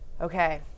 Okay